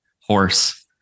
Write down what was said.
horse